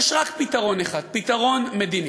יש רק פתרון אחד: פתרון מדיני.